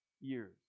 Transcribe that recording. years